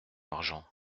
argent